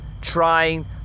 trying